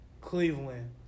Cleveland